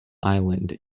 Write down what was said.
island